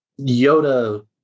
Yoda